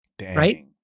right